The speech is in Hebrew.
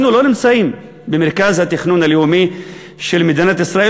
אנחנו לא נמצאים במרכז התכנון הלאומי של מדינת ישראל,